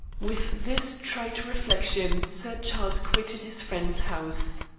with this trite reflection sir charles quitted his friend's house.